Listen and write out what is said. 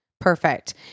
Perfect